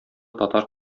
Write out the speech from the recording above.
татар